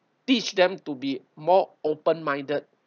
teach them to be more open minded